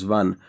one